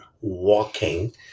walking